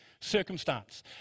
circumstance